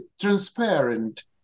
transparent